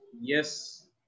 Yes